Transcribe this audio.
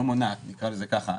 לא מונעת, נקרא לזה ככה,